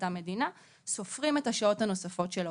אותה מדינה סופרים את השעות הנוספות של העובד.